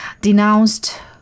denounced